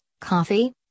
coffee